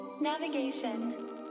navigation